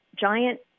giant